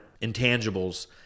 intangibles